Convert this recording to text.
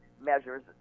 measures